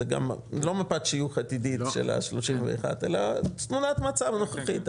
שזה לא מפת שיוך עתידית של ה-31 אלא תמונת המצב הנוכחית.